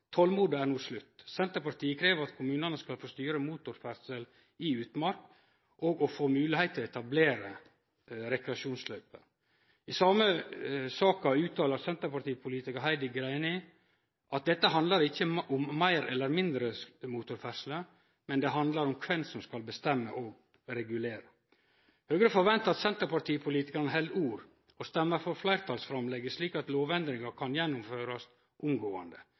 er no slutt. Senterpartiet krev at kommunane skal få styre motorferdsle i utmark og få moglegheit til å etablere rekreasjonsløyper. I den same saka uttalar senterpartipolitikar Heidi Greni at dette ikkje handlar om meir eller mindre motorferdsle, men om kven som skal bestemme og regulere. Høgre forventar at senterpartipolitikarane held ord og stemmer for fleirtalsframlegget, slik at lovendringa kan gjennomførast omgåande.